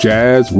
Jazz